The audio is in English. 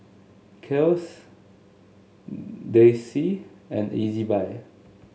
Kiehl's Delsey and Ezbuy